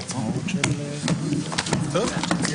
הישיבה ננעלה בשעה 14:28.